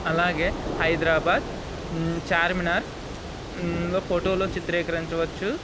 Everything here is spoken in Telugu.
అలాగే హైదరాబాద్ చార్మినార్ ఫోటోలలో చిత్రీకరించవచ్చు